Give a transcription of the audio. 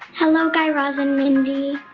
hello, guy raz and mindy.